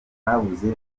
habuze